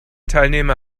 teilnehmer